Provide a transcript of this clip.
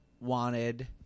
wanted